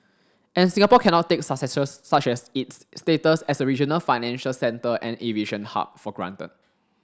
and Singapore cannot take successes such as its status as a regional financial centre and aviation hub for granted